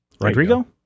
Rodrigo